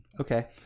okay